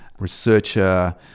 researcher